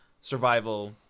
survival